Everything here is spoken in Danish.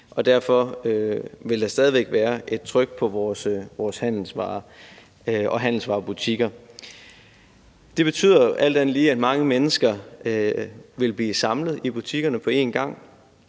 derfor vil der stadig væk være et tryk på vores handelsvarer og dagligvarebutikker. Det betyder alt andet lige, at mange mennesker vil være samlet i butikkerne på en gang,